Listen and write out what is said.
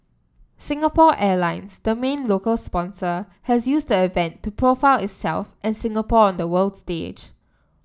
Singapore Airlines the main local sponsor has used the event to profile itself and Singapore on the world stage